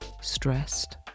stressed